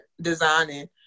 designing